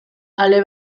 ale